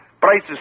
Prices